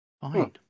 fine